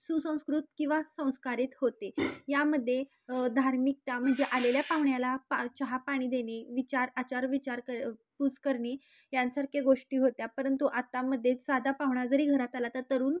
सुसंस्कृत किंवा संस्कारी होते यामध्ये धार्मिकता म्हणजे आलेल्या पाहुण्याला पा चहा पाणी देणे विचार आचार विचार कर पूस करणे यांसारख्या गोष्टी होत्या परंतु आतामध्ये साधा पाहुणा जरी घरात आला तर तरुण